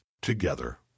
together